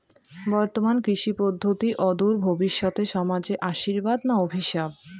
বর্তমান কৃষি পদ্ধতি অদূর ভবিষ্যতে সমাজে আশীর্বাদ না অভিশাপ?